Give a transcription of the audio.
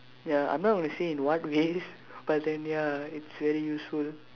ya I'm not gonna say in what ways but then ya it's very useful